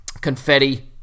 Confetti